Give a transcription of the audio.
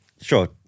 Sure